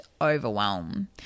overwhelm